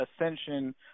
Ascension